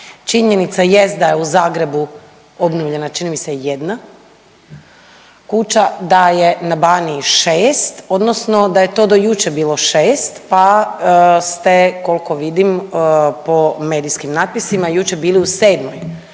Činjenica jest da je u Zagrebu obnovljena čini mi se jedna kuća, da je na Baniji šest odnosno das je to do jučer bilo šest pa ste koliko vidim po medijskim natpisima jučer biti u sedmoj